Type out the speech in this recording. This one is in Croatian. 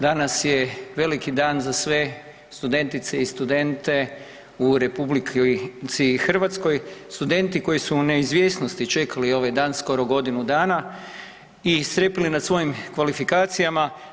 Danas je veliki dan za sve studentice i studente u RH, studenti koji su u neizvjesnosti čekali ovaj dan, skoro godinu dana i strepili nad svojim kvalifikacijama.